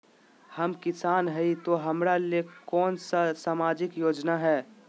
हम किसान हई तो हमरा ले कोन सा सामाजिक योजना है?